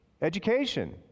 Education